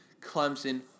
Clemson